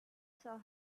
saw